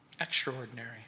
extraordinary